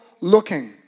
looking